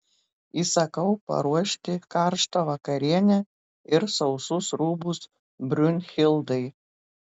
įsakau paruošti karštą vakarienę ir sausus rūbus brunhildai